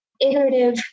iterative